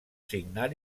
signar